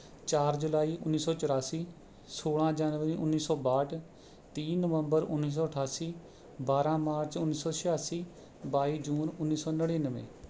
ਚਾਰ ਜੁਲਾਈ ਉੱਨੀ ਸੌ ਚੁਰਾਸੀ ਸੋਲ੍ਹਾਂ ਜਨਵਰੀ ਉੱਨੀ ਸੌ ਬਾਹਠ ਤੀਹ ਨਵੰਬਰ ਉੱਨੀ ਸੌ ਅਠਾਸੀ ਬਾਰ੍ਹਾਂ ਮਾਰਚ ਉੱਨੀ ਸੌ ਛਿਆਸੀ ਬਾਈ ਜੂਨ ਉੱਨੀ ਸੌ ਨੜਿਨਵੇਂ